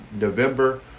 November